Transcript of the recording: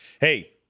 Hey